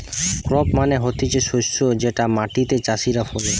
crop মানে হতিছে শস্য যেটা মাটিতে চাষীরা ফলে